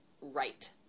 right